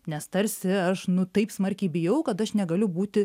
nes tarsi aš nu taip smarkiai bijau kad aš negaliu būti